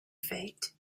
fate